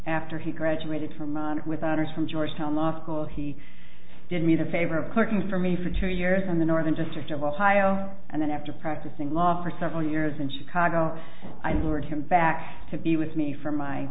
after he graduated from with honors from georgetown law school he did me the favor of cooking for me for two years in the northern district of ohio and then after practicing law for several years in chicago i lured him back to be with me for my